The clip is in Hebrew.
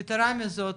יתרה מזאת,